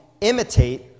imitate